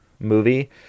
movie